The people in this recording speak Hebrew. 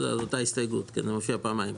אותה הסתייגות זה מופיע פעמיים,